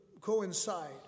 coincide